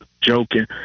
joking